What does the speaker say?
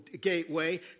gateway